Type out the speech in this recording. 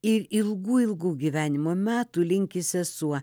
ir ilgų ilgų gyvenimo metų linki sesuo